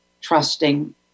trusting